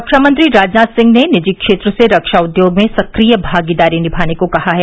रक्षामंत्री राजनाथ सिंह ने निजी क्षेत्र से रक्षा उद्योग में सक्रिय भागीदारी निमाने को कहा है